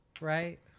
right